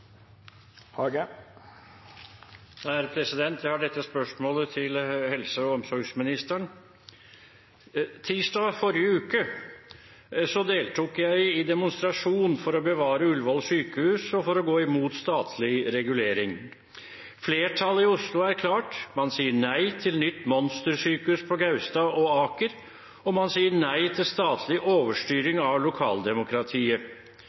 deltok jeg i demonstrasjon for å bevare Ullevål sykehus, og for å gå imot statlig regulering. Flertallet i Oslo er klart: man sier nei til nytt monstersykehus på Gaustad og Aker, og man sier nei til